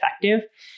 effective